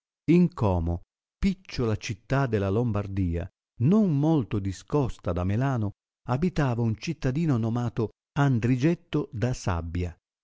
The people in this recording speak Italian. in como picciola città della lombardia non molto discosta da melano abitava un cittadino nomato andrigetto da sabbia